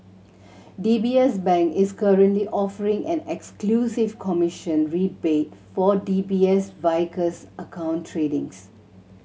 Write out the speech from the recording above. D B S Bank is currently offering an exclusive commission rebate for D B S Vickers account tradings